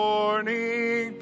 Morning